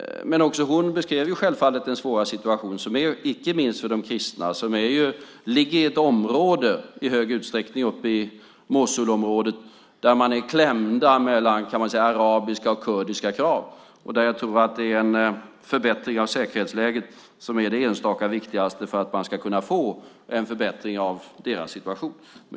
Hon beskrev självfallet den svåra situationen, inte minst för de kristna. De befinner sig i stor utsträckning i Mosulområdet, där de är klämda mellan arabiska och kurdiska krav. Där tror jag att en förbättring av säkerhetsläget är det enskilt viktigaste för att man ska kunna få en förbättring av deras situation.